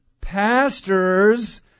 pastors